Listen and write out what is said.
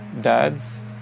dads